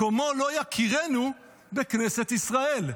מקומו לא יכירנו בכנסת ישראל".